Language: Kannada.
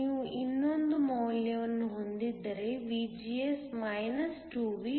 ನೀವು ಇನ್ನೊಂದು ಮೌಲ್ಯವನ್ನು ಹೊಂದಿದ್ದರೆ VGS 2V ಆಗಿದೆ